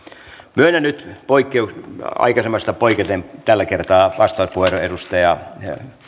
myönnän nyt aikaisemmasta poiketen tällä kertaa vastauspuheenvuoron edustaja